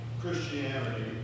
Christianity